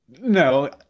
No